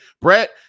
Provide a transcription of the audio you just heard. Brett